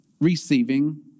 receiving